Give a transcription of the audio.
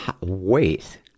Wait